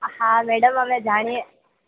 હા મેડમ અમે જાણીએ